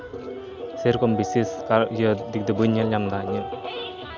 ᱥᱮᱭ ᱨᱚᱠᱚᱢ ᱵᱤᱥᱮᱥ ᱫᱤᱠ ᱫᱚ ᱵᱟᱹᱧ ᱧᱮᱞ ᱧᱟᱢᱫᱟ